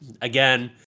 again